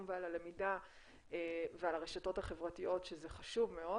ועל הלמידה ועל הרשתות החברתיות שזה חשוב מאוד,